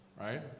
right